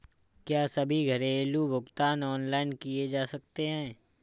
क्या सभी घरेलू भुगतान ऑनलाइन किए जा सकते हैं?